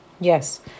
yes